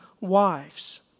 wives